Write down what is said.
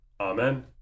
Amen